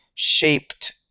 shaped